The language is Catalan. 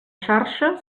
xarxa